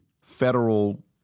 federal